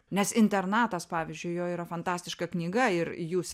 nes internatas pavyzdžiui jo yra fantastiška knyga ir jūs